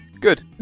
good